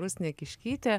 rusnė kiškytė